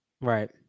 Right